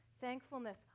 Thankfulness